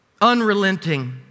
unrelenting